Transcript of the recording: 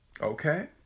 Okay